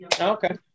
Okay